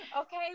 okay